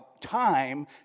time